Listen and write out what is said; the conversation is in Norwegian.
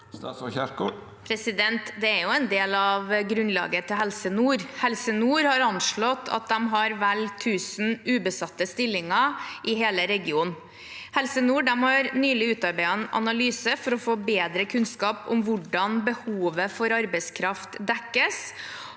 Det er jo en del av grunnlaget til Helse nord. Helse nord har anslått at de har vel 1 000 ubesatte stillinger i hele regionen. Helse nord har nylig utarbeidet en analyse for å få bedre kunnskap om hvordan behovet for arbeidskraft dekkes,